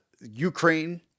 Ukraine